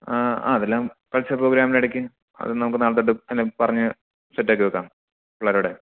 ആ അതെല്ലാം കൾച്ചർ പ്രോഗ്രാമിനിടയ്ക്ക് അത് നമുക്ക് നാളെ തൊട്ട് എല്ലാം പറഞ്ഞ് സെറ്റാക്കി വയ്ക്കാം പിള്ളേരോടെയ്